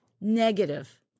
negative